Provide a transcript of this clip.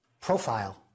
profile